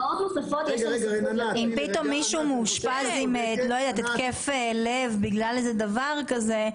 אם מישהו פתאום מאושפז עם התקף לב בגלל דבר כזה,